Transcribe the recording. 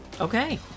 Okay